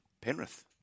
Penrith